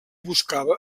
buscava